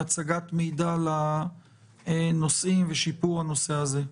הצגת מידע לנוסעים ושיפור הנושא הזה.